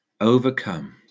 overcome